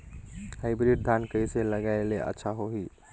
Hybrid धान कइसे लगाय ले अच्छा होही?